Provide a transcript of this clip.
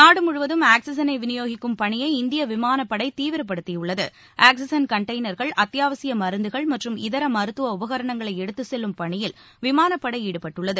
நாடு முழுவதும் ஆக்சிஜனை விநியோகிக்கும் பணியை இந்திய விமானப்படை தீவிரப்படுத்தியுள்ளது ஆக்சிஜன் கண்டெய்னர்கள் அத்தியாவசிய மருந்துகள் மற்றும் இதர மருத்துவ உபகரணங்களை எடுத்து செல்லும் பணியில் விமானப்படை ஈடுபட்டுள்ளது